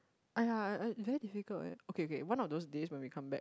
!aiya! I I very difficult eh okay okay one of those days when we come back